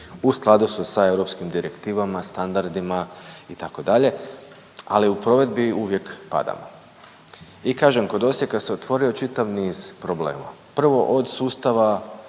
u skladu su sa europskim direktivama, standardima itd., ali u provedbi uvijek padamo. I kažem kod Osijeka se otvorio čitav niz problema, prvo od sustava